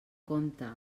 compte